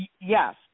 Yes